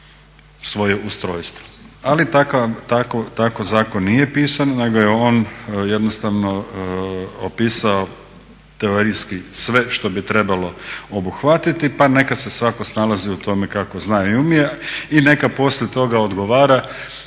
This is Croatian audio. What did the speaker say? svoje ustrojstvo. Ali tako zakon nije pisan nego je on jednostavno opisao teorijski sve što bi trebalo obuhvatiti pa neka se svatko snalazi u tome kako zna i umije i neka poslije toga odgovara